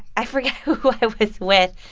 i forget who i was with.